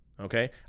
Okay